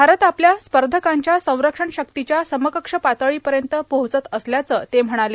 भारत आपल्या स्पर्धकांच्या संरक्षण शक्तीच्या समकक्ष पातळीपर्यत पोहोचत असल्याचं ते म्हणाले